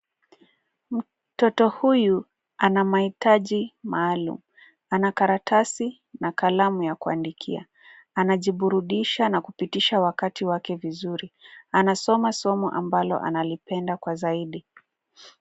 Mtoto huyu ana mahitaji maalum. Ana karatasi na kalamu ya kuandikia. Anajiburudisha na kupitisha wakati wake vizuri. Anasoma somo ambalo analipenda kwa zaidi.